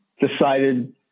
decided